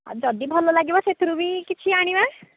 ଆଉ ଯଦି ଭଲ ଲାଗିବ ସେଥିରୁ ବି କିଛି ଆଣିବା